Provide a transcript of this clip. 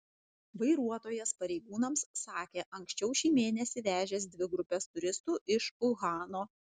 vairuotojas pareigūnams sakė anksčiau šį mėnesį vežęs dvi grupes turistų iš uhano